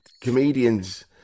comedians